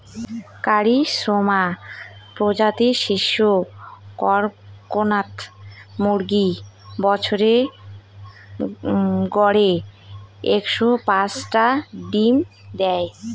কারি শ্যামা প্রজাতির মিশ্র কড়কনাথ মুরগী বছরে গড়ে একশো পাঁচটা ডিম দ্যায়